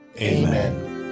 Amen